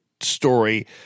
story